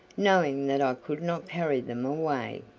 knowing that i could not carry them away.